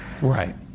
Right